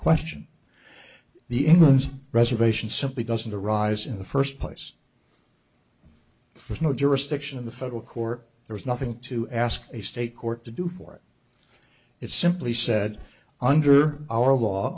question the in those reservations simply doesn't the rise in the first place there's no jurisdiction of the federal court there is nothing to ask a state court to do for it's simply said under our law